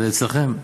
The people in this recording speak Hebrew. זה אצלכם.